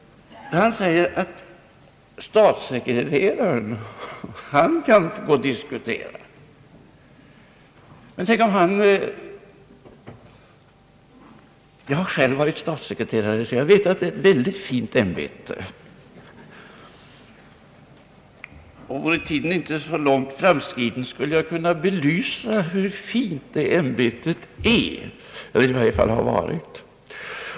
Han säger, att statssekreterare Ingvar Carlsson kan få diskutera. Jag har själv varit statssekreterare och vet att det är ett väldigt fint ämbete. Vore tiden inte så långt framskriden skulle jag kunna belysa hur fint det ämbetet är — eller i varje fall har varit.